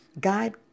God